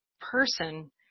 person